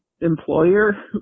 employer